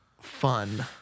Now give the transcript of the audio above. fun